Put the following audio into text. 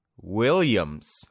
Williams